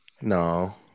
no